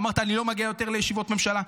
ואמרת: אני לא מגיע יותר לישיבות ממשלה,